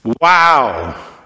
Wow